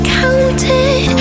counted